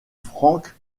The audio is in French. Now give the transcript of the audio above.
franck